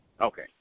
Okay